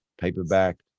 paperback